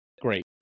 Great